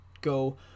go